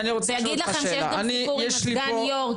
ואגיד לכם שיש גם סיפור עם סגן היו"ר,